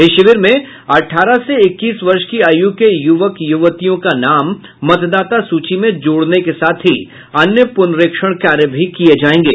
इस शिविर में अठारह से इक्कीस वर्ष की आयु के युवक युवतियों का नाम मतदाता सूची में जोड़ने के साथ ही अन्य प्रनरीक्षण कार्य भी किये जायेंगे